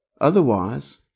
Otherwise